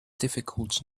difficult